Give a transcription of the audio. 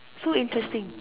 so interesting